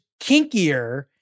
kinkier